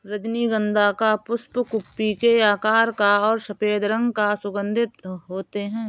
रजनीगंधा का पुष्प कुप्पी के आकार का और सफेद रंग का सुगन्धित होते हैं